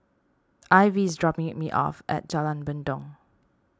Ivie is dropping me off at Jalan Mendong